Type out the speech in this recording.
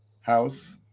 house